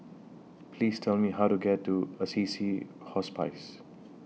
Please Tell Me How to get to Assisi Hospice